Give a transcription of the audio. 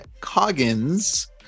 Coggins